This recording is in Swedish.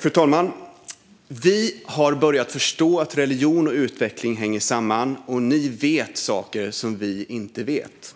Fru talman! Vi har börjat förstå att religion och utveckling hänger samman, och ni vet saker som vi inte vet.